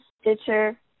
Stitcher